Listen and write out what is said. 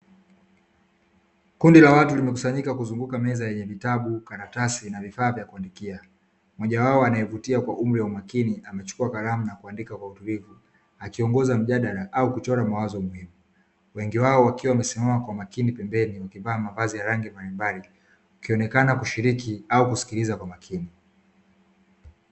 Kundi la watu limekusanyika kuzunguka meza yenye vitabu, karatasi na vifaa vya kuandikia. Mmoja wao anayevutia kwa umri wa makini amechukua kalamu na kuandika kwa utulivu akiongoza mjadala au kuchora mawazo muhimu. Wengi wao wakiwa wamesimama kwa umakini pembeni wakivaa mavazi ya rangi mbalimbali, wakionekana kushiriki au kusikiliza kwa makini.